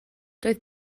doedd